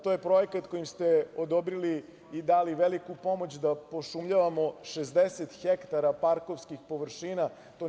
To je projekat kojim ste odobrili i dali veliku pomoć da pošumljavamo 60 hektara parkovskih površina.